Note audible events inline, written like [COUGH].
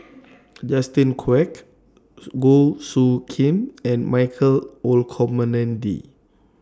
[NOISE] Justin Quek Goh Soo Khim and Michael Olcomendy